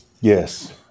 Yes